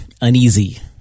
uneasy